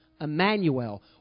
Emmanuel